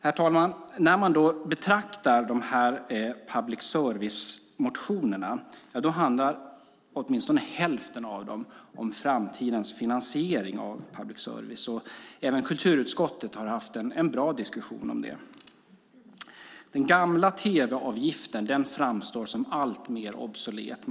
Herr talman! När man betraktar de här public service-motionerna ser man att åtminstone hälften av dem handlar om framtidens finansiering av public service. Även kulturutskottet har haft en bra diskussion om det. Den gamla tv-avgiften framstår som alltmer obsolet.